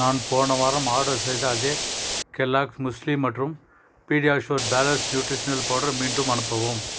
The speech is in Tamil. நான் போன வாரம் ஆடர் செய்த அதே கெல்லாக்ஸ் முஸ்லி மற்றும் பீடியாஷுர் பேலன்ஸ் நியூட்ரிஷனல் பவுடர் மீண்டும் அனுப்பவும்